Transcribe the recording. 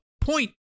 point